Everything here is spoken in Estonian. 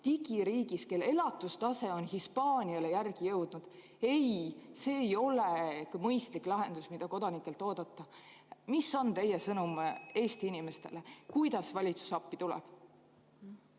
digiriigis, kelle elatustase on Hispaaniale järele jõudnud. Ei, see ei ole mõistlik lahendus, mida kodanikelt oodata. Mis on teie sõnum Eesti inimestele? (Juhataja helistab